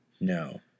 no